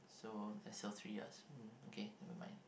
so S L three ah okay nevermind